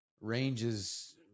ranges